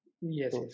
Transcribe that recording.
Yes